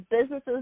businesses